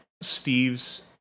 Steve's